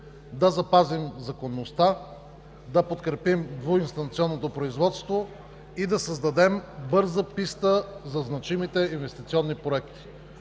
да запазим законността, да подкрепим двуинстанционното производство и да създадем бърза писта за значимите инвестиционни проекти.